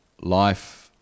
Life